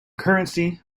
currency